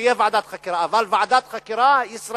שתהיה ועדת חקירה, אבל ועדת חקירה ישראלית,